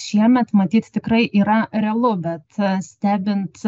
šiemet matyt tikrai yra realu bet stebint